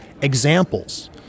examples